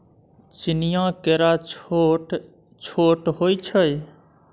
चीनीया केरा छोट छोट होइ छै